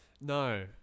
no